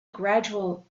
gradual